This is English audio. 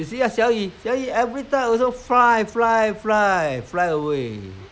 you see ah xiao yee xiao yee every time also fly fly fly fly away